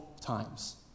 times